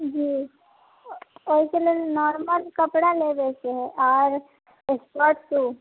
जी ओहिके लेल नार्मल कपड़ा लेबे के है आर स्पोर्ट शू